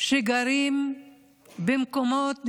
שגרים במקומות נידחים,